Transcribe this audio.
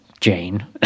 Jane